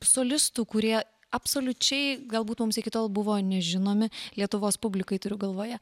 solistų kurie absoliučiai galbūt mums iki tol buvo nežinomi lietuvos publikai turiu galvoje